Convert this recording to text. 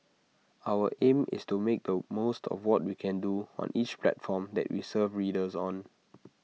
our aim is to make the most of what we can do on each platform that we serve readers on